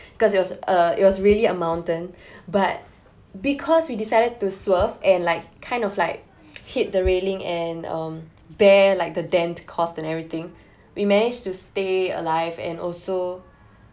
cause it was uh it was really a mountain but because we decided to swerve and like kind of like hit the railing and um bear like the dent cost and everything we manage to stay alive and also